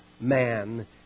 man